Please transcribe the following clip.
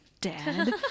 dad